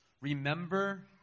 Remember